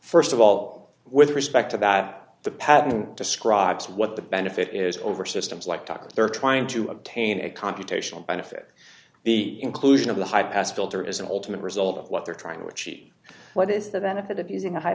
obvious st of all with respect to that the patent describes what the benefit is over systems like talk they're trying to obtain a computational benefit the inclusion of the high pass filter is an ultimate result of what they're trying to achieve what is the benefit of using a high